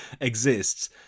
exists